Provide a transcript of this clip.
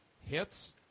hits